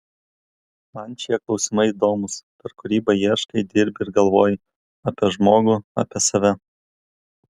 man šie klausimai įdomūs per kūrybą ieškai dirbi ir galvoji apie žmogų apie save